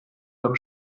beim